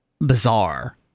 bizarre